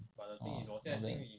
orh 好的